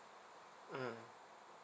mmhmm